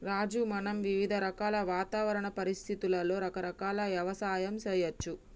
రాజు మనం వివిధ రకాల వాతావరణ పరిస్థితులలో రకరకాల యవసాయం సేయచ్చు